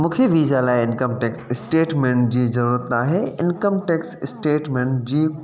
मूंखे वीज़ा लाइ income tax statement जी ज़रूरत आहे इंकम टैक्स स्टेटमेंट जी